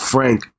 Frank